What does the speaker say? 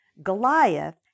Goliath